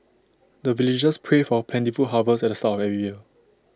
the villagers pray for plentiful harvest at the start of every year